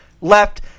Left